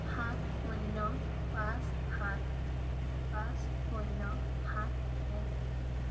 সাত শূন্য পাঁচ সাত পাঁচ শূন্য সাত এক